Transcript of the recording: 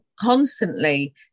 constantly